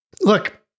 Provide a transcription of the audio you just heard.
Look